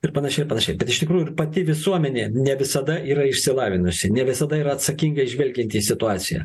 ir panašiai ir panašiai bet iš tikrųjų ir pati visuomenė ne visada yra išsilavinusi ne visada yra atsakingai žvelgianti į situaciją